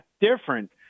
different